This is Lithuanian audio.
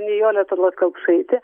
nijolė talat kelpšaitė